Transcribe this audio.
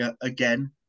again